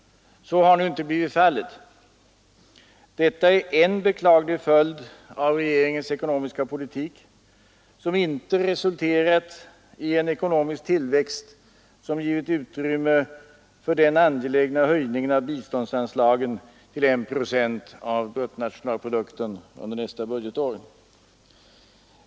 Så har nu inte blivit fallet. Detta är en beklaglig följd av regeringens ekonomiska politik, som inte resulterat i en ekonomisk tillväxt som givit utrymme för den angelägna höjningen av biståndsanslagen till I procent av bruttonationalprodukten nästa budgetår.